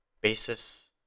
basis